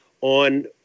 on